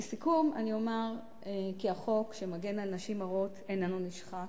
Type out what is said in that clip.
לסיכום אומר כי החוק שמגן על נשים הרות איננו נשחק.